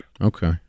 Okay